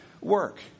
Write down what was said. work